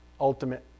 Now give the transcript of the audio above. ultimate